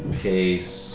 pace